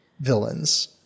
villains